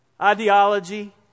ideology